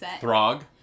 Throg